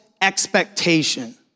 expectation